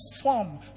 form